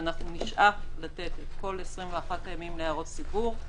אנחנו נשאף לתת את כל 21 הימים להערות ציבור,